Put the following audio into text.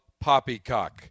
poppycock